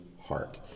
heart